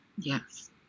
yes